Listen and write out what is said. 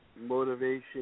motivation